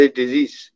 disease